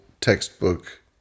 textbook